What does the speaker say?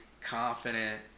confident